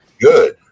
Good